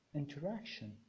interaction